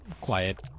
quiet